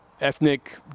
ethnic